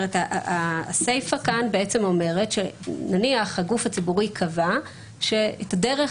זאת אומרת נניח הגוף הציבורי קבע את הדרך